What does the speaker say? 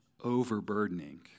overburdening